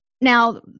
Now